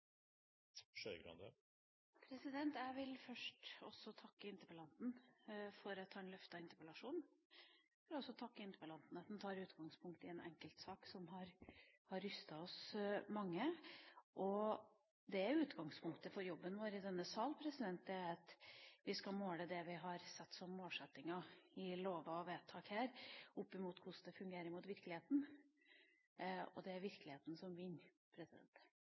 forbrytelser. Jeg vil først takke interpellanten for at han reiste interpellasjonen. Jeg vil også takke interpellanten for at han tar utgangspunkt i en enkeltsak som har rystet mange av oss. Utgangspunktet for jobben vår i denne salen er at vi skal måle det vi har satt som målsetting i lover og vedtak her, opp mot hvordan det fungerer i virkeligheten – og det er virkeligheten som